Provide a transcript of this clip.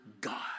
God